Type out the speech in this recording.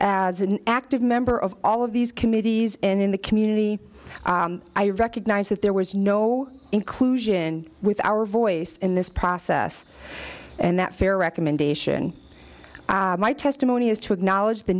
as an active member of all of these committees and in the community i recognize if there was no inclusion with our voice in this process and that fair recommendation my testimony is to acknowledge the